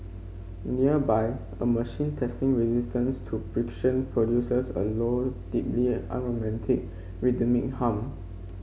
nearby a machine testing resistance to friction produces a low deeply unromantic rhythmic hum